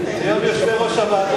המסר ברור.